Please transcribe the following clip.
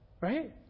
Right